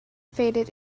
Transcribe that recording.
faded